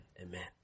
amen